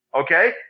Okay